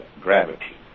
gravity